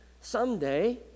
Someday